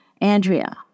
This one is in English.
Andrea